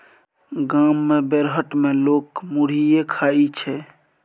गाम मे बेरहट मे लोक मुरहीये खाइ छै